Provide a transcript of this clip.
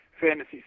fantasy